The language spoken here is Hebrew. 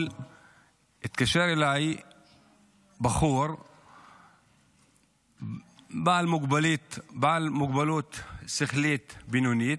התקשר אליי בחור בעל מוגבלות שכלית בינונית,